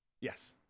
Yes